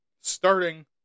Starting